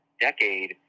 decade